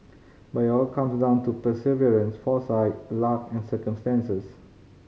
but it all comes down to perseverance foresight luck and circumstances